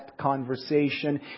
conversation